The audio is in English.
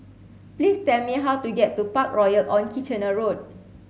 please tell me how to get to Parkroyal on Kitchener Road